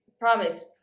promise